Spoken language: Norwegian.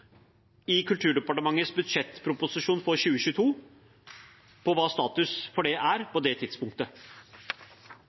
i Kulturdepartementets budsjettproposisjon for 2022, om hva status for det er